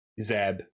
Zeb